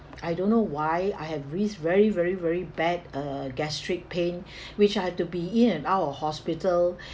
I don't know why I have this very very very bad uh gastric pain which I had to be in and out of hospital